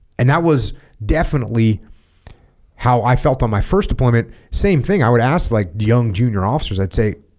and that was definitely how i felt on my first deployment same thing i would ask like young junior officers i'd say